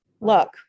look